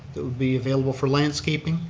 that would be available for landscaping.